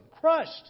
Crushed